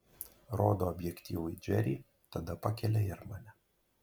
rodo objektyvui džerį tada pakelia ir mane